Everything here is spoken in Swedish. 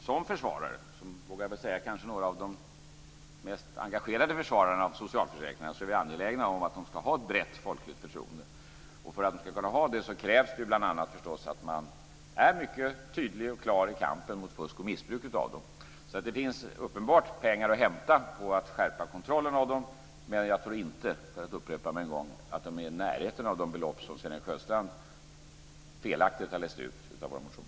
Som några av de mest engagerade försvararna av socialförsäkringarna, vågar jag väl säga, är vi angelägna om att dessa ska ha ett brett, folkligt förtroende. För att de ska kunna ha det krävs ju bl.a. att man är mycket tydlig och klar när det gäller kampen mot missbruk av dem. Det finns alltså uppenbart pengar att hämta på att skärpa kontrollen av dem, men jag tror inte, för att upprepa mig, att det är i närheten av de belopp som Sven-Erik Sjöstrand felaktigt har läst ut av våra motioner.